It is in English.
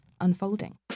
unfolding